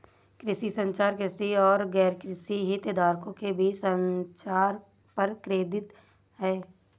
कृषि संचार, कृषि और गैरकृषि हितधारकों के बीच संचार पर केंद्रित है